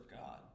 God